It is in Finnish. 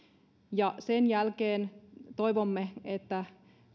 ja sen jälkeen toivomme että